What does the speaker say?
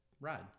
Ride